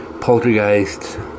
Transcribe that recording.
Poltergeist